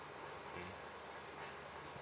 mm